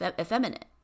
effeminate